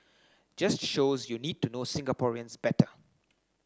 just shows you need to know Singaporeans better